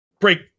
break